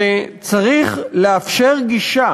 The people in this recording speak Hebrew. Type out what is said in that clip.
וצריך לאפשר גישה